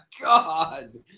God